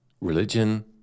Religion